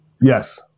Yes